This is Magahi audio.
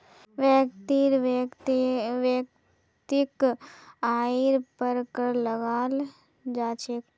व्यक्तिर वैयक्तिक आइर पर कर लगाल जा छेक